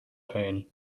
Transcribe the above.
pain